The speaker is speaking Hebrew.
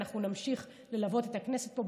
ואנחנו נמשיך ללוות בכנסת פה,